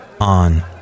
on